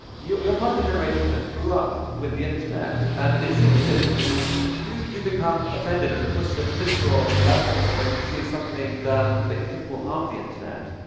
you're you're part of a generation that grew up with the internet, and it seems as if you you become offended at almost a visceral level when you see something done that you think will harm the internet.